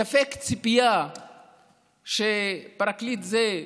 ספק ציפייה שפרקליט זה,